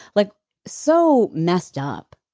like so messed up.